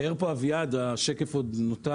תיאר פה אביעד, השקף עוד נותר